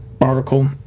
article